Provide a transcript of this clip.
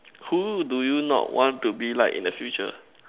who do you not want to be like in the future